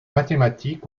mathématiques